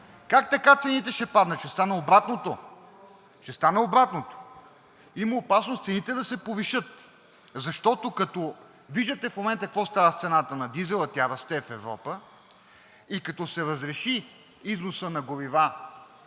Как така цените ще паднат? Ще стане обратното. (Реплики.) Ще стане обратното. Има опасност цените да се повишат, защото, като виждате в момента какво става с цената на дизела – в Европа тя расте, като се разреши износът на горива